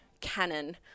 canon